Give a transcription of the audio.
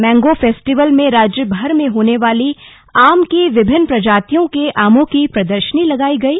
mango festival में राज्यभर में होने वाली आम की विभिन्न प्रजातियों के आमों की प्रदर्शनी लगाई गई